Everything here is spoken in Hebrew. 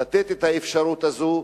לתת את האפשרות הזאת,